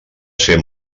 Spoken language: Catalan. ser